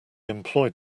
employed